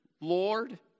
Lord